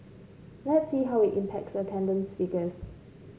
let's see how it impacts the attendance figures